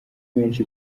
menshi